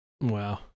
Wow